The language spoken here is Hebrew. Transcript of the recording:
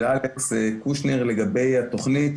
של חבר הכנסת קושניר לגבי התוכנית.